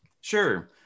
Sure